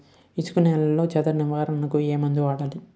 ఇసుక నేలలో చదల నివారణకు ఏ మందు వాడాలి?